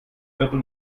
viertel